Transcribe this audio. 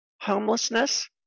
homelessness